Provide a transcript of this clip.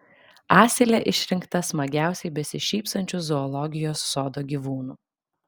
asilė išrinkta smagiausiai besišypsančiu zoologijos sodo gyvūnu